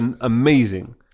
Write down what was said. amazing